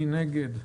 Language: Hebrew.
מי נגד?